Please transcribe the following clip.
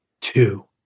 Two